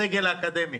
הסגל האקדמי.